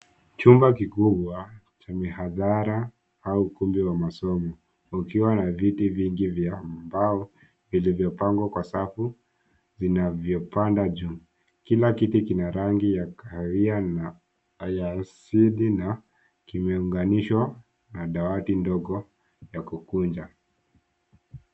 Chumba kikugwa cha mihadhara au kumbi wa masomu. Ukiwa na viti vingi vya ambao ili vyopango kwa safu vina vyopanda jumu. Kila kiti kinarangi ya kariya na ayasidi na kimeunganisho na dawati ndogo ya kukunja.